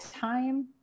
time